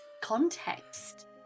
context